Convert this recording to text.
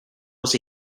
was